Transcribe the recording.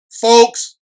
Folks